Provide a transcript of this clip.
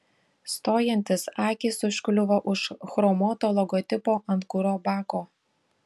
stojantis akys užkliuvo už chromuoto logotipo ant kuro bako